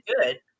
good